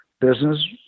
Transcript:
business